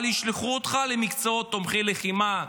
אבל ישלחו אותך למקצועות תומכי לחימה,